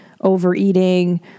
overeating